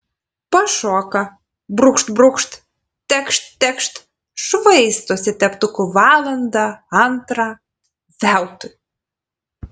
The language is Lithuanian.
pašoka brūkšt brūkšt tekšt tekšt švaistosi teptuku valandą antrą veltui